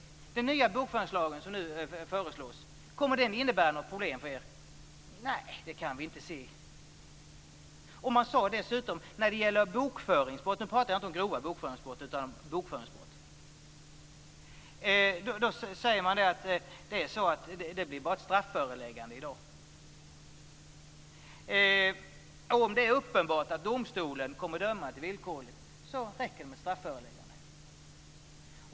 Kommer den nya bokföringslagen som nu föreslås att innebära något problem för er? Nej, det kan vi inte se, svarade de. Man sade dessutom att när det gäller bokföringsbrott blir det bara ett strafföreläggande i dag - och nu pratar jag inte om grova bokföringsbrott utan om bokföringsbrott. Om det är uppenbart att domstolen kommer att utdöma ett villkorligt straff räcker det med ett strafföreläggande.